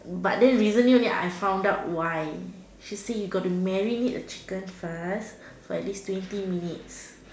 but then recently only I found out why she say you got to marinate the chicken first for at least twenty minutes